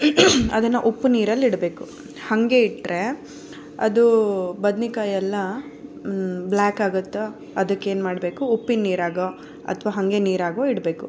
ಅದನ್ನು ಉಪ್ಪು ನೀರಲ್ಲಿ ಇಡಬೇಕು ಹಾಗೆ ಇಟ್ಟರೆ ಅದು ಬದ್ನೇಕಾಯಿ ಎಲ್ಲ ಬ್ಲ್ಯಾಕಾಗುತ್ತೆ ಅದಕ್ಕೇನು ಮಾಡಬೇಕು ಉಪ್ಪಿನ ನೀರಾಗೊ ಅಥ್ವಾ ಹಾಗೆ ನೀರಾಗೊ ಇಡಬೇಕು